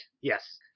Yes